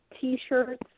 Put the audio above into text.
t-shirts